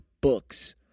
books